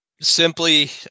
simply